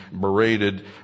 berated